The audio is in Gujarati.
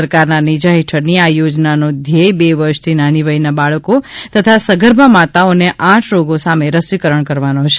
સરકારના નેજા હેઠળની આ યોજનાનો ધ્યેય બે વર્ષથી નાની વયના બાળકો તથા સગર્ભા માતાઓને આઠ રોગો સામે રસીકરણ કરવાનો છે